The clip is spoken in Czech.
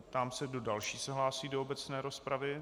Ptám se, kdo další se hlásí do obecné rozpravy.